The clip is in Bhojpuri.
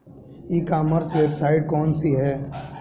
ई कॉमर्स वेबसाइट कौन सी है?